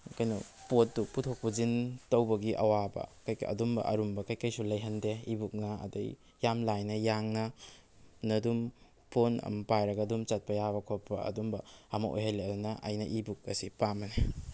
ꯀꯩꯅꯣ ꯄꯣꯠꯇꯨ ꯄꯨꯊꯣꯛ ꯄꯨꯁꯤꯟ ꯇꯧꯕꯒꯤ ꯑꯋꯥꯕ ꯀꯩꯀ ꯑꯗꯨꯝꯕ ꯑꯔꯨꯝꯕ ꯀꯩꯀꯩꯁꯨ ꯂꯩꯍꯟꯗꯦ ꯏ ꯕꯨꯛꯅ ꯑꯗꯩ ꯌꯥꯝ ꯂꯥꯏꯅ ꯌꯥꯡꯅ ꯅꯗꯨꯝ ꯐꯣꯟ ꯑꯃ ꯄꯥꯏꯔꯒ ꯑꯗꯨꯝ ꯆꯠꯄ ꯌꯥꯕ ꯈꯣꯠꯄ ꯑꯗꯨꯝꯕ ꯑꯃ ꯑꯣꯏꯍꯜꯂꯦ ꯑꯗꯨꯅ ꯑꯩꯅ ꯏ ꯕꯨꯛ ꯑꯁꯤ ꯄꯥꯝꯕꯅꯤ